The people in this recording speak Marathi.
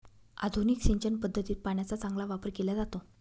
आधुनिक सिंचन पद्धतीत पाण्याचा चांगला वापर केला जातो